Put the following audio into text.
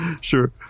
Sure